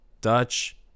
Dutch